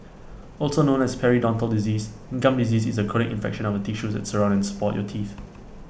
also known as periodontal disease gum disease is A chronic infection of the tissues that surround and support your teeth